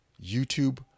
YouTube